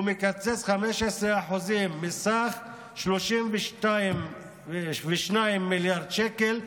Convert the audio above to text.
הוא מקצץ 15% מסכום של 32 מיליארד שקל,